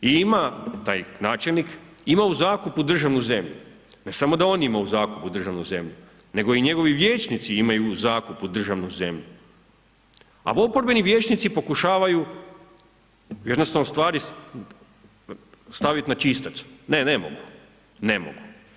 I ima taj načelnik ima u zakupu državnu zemlju, ne samo da on ima u zakupu državnu zemlju nego i njegovi vijećnici imaju u zakupu državnu zemlju, a oporbeni vijećnici pokušavaju jednostavno stvari stavit na čistac, ne ne mnogu, ne mogu.